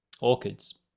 orchids